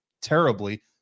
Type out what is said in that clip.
terribly